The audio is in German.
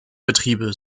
betriebe